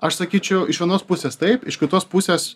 aš sakyčiau iš vienos pusės taip iš kitos pusės